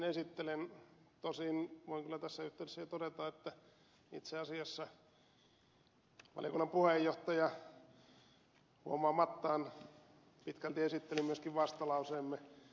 tosin voin kyllä tässä yhteydessä jo todeta että itse asiassa valiokunnan puheenjohtaja huomaamattaan pitkälti esitteli myöskin vastalauseemme